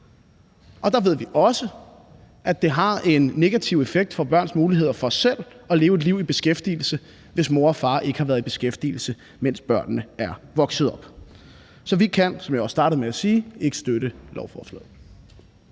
Og der ved vi også, at det har en negativ effekt på børns muligheder for selv at leve et liv i beskæftigelse, hvis mor og far ikke har været i beskæftigelse, mens børnene er vokset op. Så vi kan, som jeg også startede med at sige, ikke støtte lovforslaget.